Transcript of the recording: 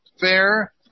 fair